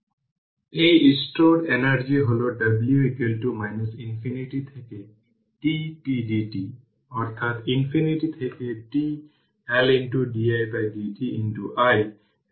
তারপর একইভাবে v এই v1 t 16 এর পাওয়ার t 20 ভোল্টে সিমপ্লিফাই করার পর একইভাবে v2 t i t আছে এবং r যা কিছু ক্যাপাসিটরের ভ্যালু ছিল সেখানে সবকিছু দেওয়া আছে